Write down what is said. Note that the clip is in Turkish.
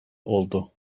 oldu